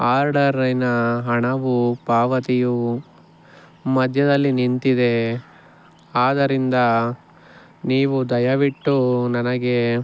ಆರ್ಡರಿನ ಹಣವು ಪಾವತಿಯು ಮಧ್ಯದಲ್ಲಿ ನಿಂತಿದೆ ಆದ್ದರಿಂದ ನೀವು ದಯವಿಟ್ಟು ನನಗೆ